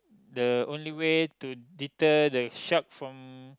the only way to deter the shark from